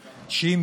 העם,